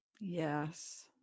Yes